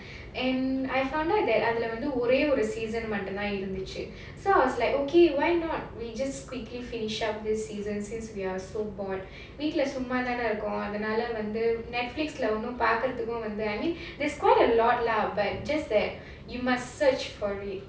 and I found out that ஒரே ஒரு:orae oru the season மட்டும்தா இருந்துச்சு:mattum thaa irundhuchu so I was like okay why not we just quickly finish up this season since we are so bored வீட்ல சும்மா தானே இருக்கோம் அதுனால வந்து:veetla summa thaanae irukom adhanaalae vandhu Netflix lah பாக்கிறதுக்கு ஒன்னும்:paakirathukku onnum I mean there's quite a lot lah but just that you must search for it